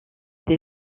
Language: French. des